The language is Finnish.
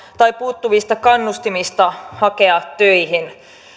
tai puuttuvista kannustimista hakea töihin